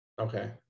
Okay